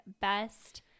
best